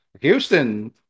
Houston